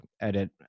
edit